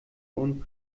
und